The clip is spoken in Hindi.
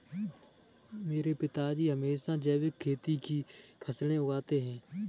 मेरे पिताजी हमेशा जैविक खेती की फसलें उगाते हैं